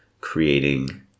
creating